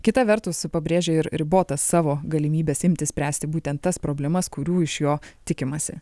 kita vertus pabrėžė ir ribotas savo galimybes imtis spręsti būtent tas problemas kurių iš jo tikimasi